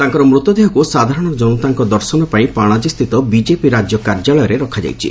ତାଙ୍କର ମୃତଦେହକୁ ସାଧାରଣ ଜନତାଙ୍କ ଦର୍ଶନ ପାଇଁ ପାଣାଜୀ ସ୍ଥିତ ବିକେପି ରାଜ୍ୟ କାର୍ଯ୍ୟାଳୟରେ ରଖାଯାଇଛି